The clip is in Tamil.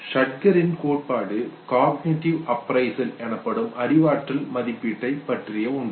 ஷாக்டரின் கோட்பாடு Schacter's theory காக்னிடிவ் ஆஃப்ரைசல் எனப்படும் அறிவாற்றல் மதிப்பீட்டை பற்றிய ஒன்று